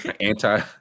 anti